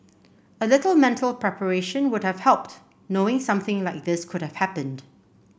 a little mental preparation would have helped knowing something like this could have happened